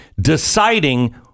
deciding